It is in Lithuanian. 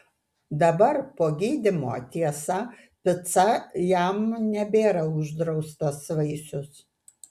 dabar po gydymo tiesa pica jam nebėra uždraustas vaisius